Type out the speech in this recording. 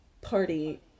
party